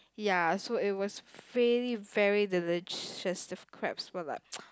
ya so it was really very delicious the crabs were like